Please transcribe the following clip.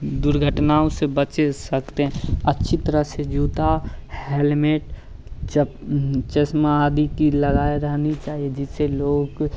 दुर्घटनाओं से बच सकते अच्छी तरह से जूता हेलमेट जब चश्मा आदि की लगाया रहनी चाहिए जिससे लोग